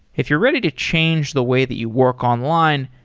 if you're ready to change the way that you work online,